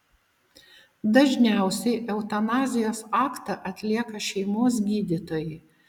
dažniausiai eutanazijos aktą atlieka šeimos gydytojai